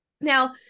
Now